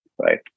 right